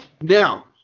Now